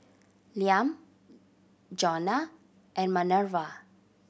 Liam Jonna and Manerva